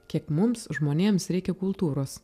kiek mums žmonėms reikia kultūros